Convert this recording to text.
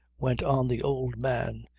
went on the old man,